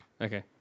okay